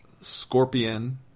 Scorpion